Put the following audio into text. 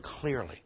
clearly